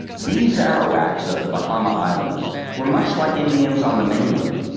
these arawak's of the bahama islands were much like indians on the mainland,